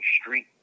street